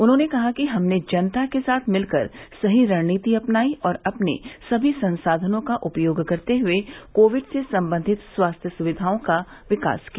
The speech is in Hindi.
उन्होंने कहा कि हमने जनता के साथ मिल कर सही रणनीति अपनाई और अपने सभी संसाधनों का उपयोग करते हए कोविड से संबंधित स्वास्थ्य सुविधाओं का विकास किया